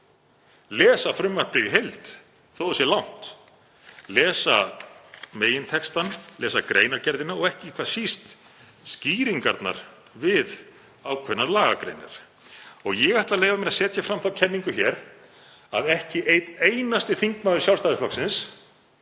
lesa frumvarpið í heild þótt það sé langt, lesa megintextann, lesa greinargerðina og ekki hvað síst skýringarnar við ákveðnar lagagreinar. Ég ætla að leyfa mér að setja fram þá kenningu að ekki einn einasti þingmaður Sjálfstæðisflokksins,